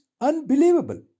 unbelievable